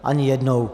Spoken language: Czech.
Ani jednou.